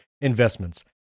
investments